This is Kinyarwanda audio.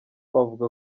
avuga